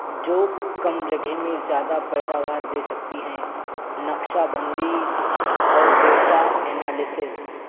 جو کم جگہ میں زیادہ پیداوار سے دے سکتی ہیں نقشہ بندی اور ڈیٹا انالسیس